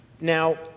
Now